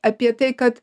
apie tai kad